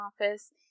office